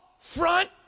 front